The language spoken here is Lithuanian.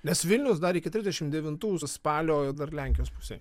nes vilnius dar iki trisdešimt devintųjų spalio dar lenkijos pusėj